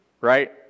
right